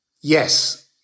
yes